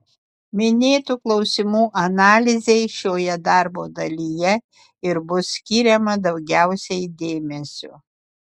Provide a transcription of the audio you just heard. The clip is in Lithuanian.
minėtų klausimų analizei šioje darbo dalyje ir bus skiriama daugiausiai dėmesio